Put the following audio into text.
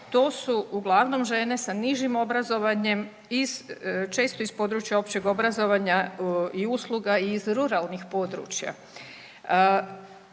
to su uglavnom žene sa nižim obrazovanjem iz, često iz područja općeg obrazovanja i usluga i iz ruralnih područja.